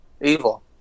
evil